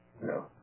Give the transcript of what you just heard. No